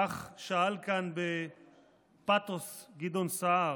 כך שאל כאן בפתוס גדעון סער.